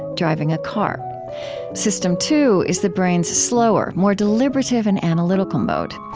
driving a car system two is the brain's slower, more deliberative, and analytical mode.